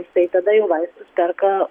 jisai tada jau vaistus perka